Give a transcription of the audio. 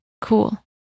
Cool